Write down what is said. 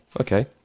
okay